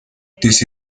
this